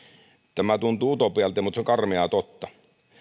tämä tuntuu utopialta mutta se on karmeaa totta